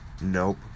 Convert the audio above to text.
Nope